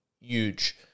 huge